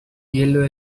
yellow